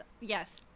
Yes